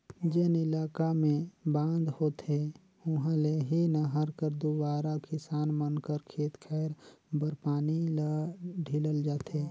जेन इलाका मे बांध होथे उहा ले ही नहर कर दुवारा किसान मन कर खेत खाएर बर पानी ल ढीलल जाथे